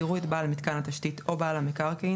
יראו את בעל מתקן התשתית או בעל המקרקעין